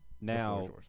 now